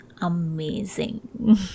amazing